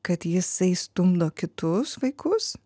kad jisai stumdo kitus vaikus